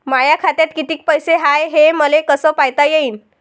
माया खात्यात कितीक पैसे हाय, हे मले कस पायता येईन?